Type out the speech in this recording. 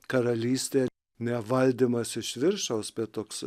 karalystė nevaldymas iš viršaus toks